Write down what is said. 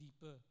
deeper